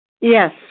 Yes